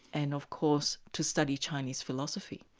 and of course to study chinese philosophy.